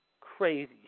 crazy